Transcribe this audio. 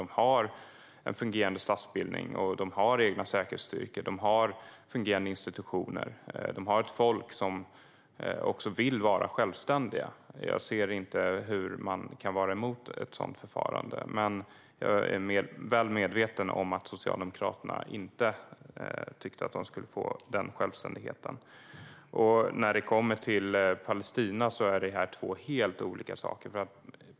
De har en fungerande statsbildning, de har egna säkerhetsstyrkor, de har fungerande institutioner och de är ett folk som vill vara självständigt. Jag ser inte hur man kan vara emot ett sådant förfarande. Men jag är väl medveten om att Socialdemokraterna inte tyckte att de skulle få den självständigheten. När det gäller Palestina och Irak är det två helt olika saker.